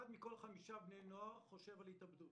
אחד מכל חמישה בני נוער חושב על התאבדות.